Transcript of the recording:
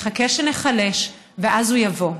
מחכה שניחלש ואז הוא יבוא.